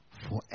forever